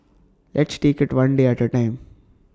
let's take IT one day at A time